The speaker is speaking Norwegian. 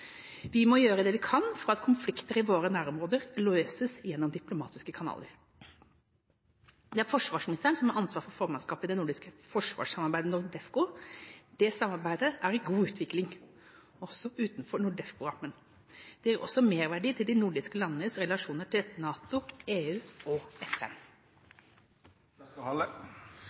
Vi må gjøre det vi kan for at konflikter i våre nærområder løses gjennom diplomatiske kanaler. Det er forsvarsministeren som har ansvaret for formannskapet i det nordiske forsvarssamarbeidet NORDEFCO. Det samarbeidet er i god utvikling, også utenfor NORDEFCO-rammen. Det gir også merverdi til de nordiske landenes relasjoner til NATO, EU og